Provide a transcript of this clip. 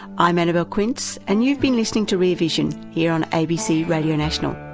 i'm annabelle quince and you've been listening to rear vision, here on abc radio national.